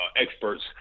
experts